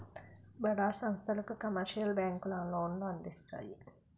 బడా సంస్థలకు కమర్షియల్ బ్యాంకులు లోన్లు అందిస్తాయి